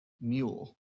mule